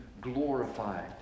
glorified